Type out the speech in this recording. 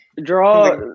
Draw